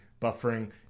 buffering